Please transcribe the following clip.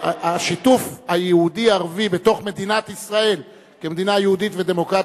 השיתוף היהודי ערבי בתוך מדינת ישראל כמדינה יהודית ודמוקרטית,